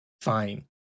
Fine